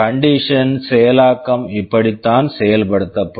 conditional conditional செயலாக்கம் இப்படித்தான் செயல்படுத்தப்படும்